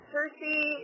Cersei